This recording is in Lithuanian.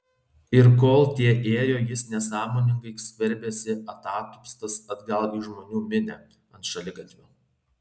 ir kol tie ėjo jis nesąmoningai skverbėsi atatupstas atgal į žmonių minią ant šaligatvio